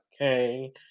okay